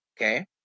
Okay